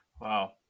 Wow